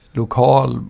lokal